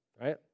Right